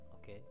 Okay